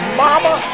mama